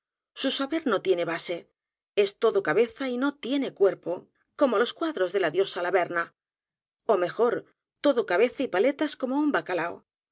su saber no tiene base e s todo cabeza y no tiene cuerpo como los cuadros de la diosa laverna ó mejor todo cabeza y paletas como un bacalao